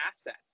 asset